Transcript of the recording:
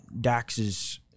Dax's